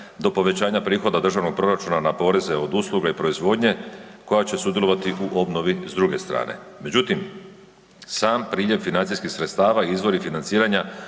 do povećanja prihoda državnog proračuna na poreze od usluge i proizvodnje koja će sudjelovati u obnovi s druge strane. Međutim, sam priljev financijskih sredstava i izvori financiranja